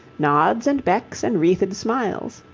nods and becks and wreathed smiles.